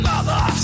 Mother